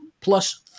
plus